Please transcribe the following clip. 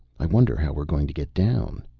i wonder how we're going to get down?